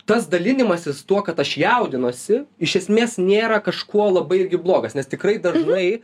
tas dalinimasis tuo kad aš jaudinuosi iš esmės nėra kažkuo labai irgi blogas nes tikrai dažnai